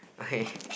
okay